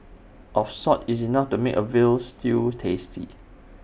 of salt is enough to make A Veal Stew tasty